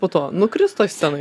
po to nukris toj scenoj